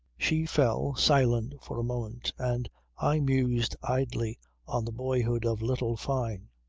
she fell silent for a moment and i mused idly on the boyhood of little fyne.